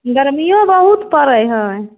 गरमिओ बहुत पड़ै हइ